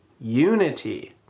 unity